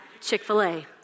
Chick-fil-A